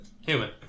Human